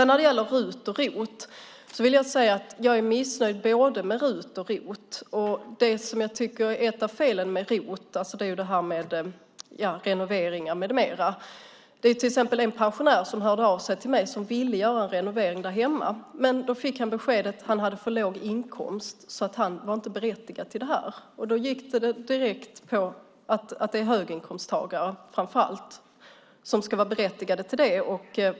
När det gäller frågan om RUT och ROT är jag missnöjd med både RUT och ROT. Det finns fel med ROT, som gäller renoveringar med mera. Till exempel hörde en pensionär av sig till mig som ville göra en renovering där hemma. Han fick beskedet att han hade för låg inkomst, så han var inte berättigad till detta. Det är framför allt höginkomsttagare som är berättigade till det.